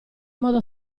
modo